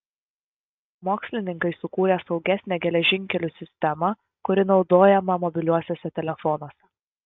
mokslininkai sukūrė saugesnę geležinkelių sistemą kuri naudojama mobiliuosiuose telefonuose